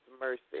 mercy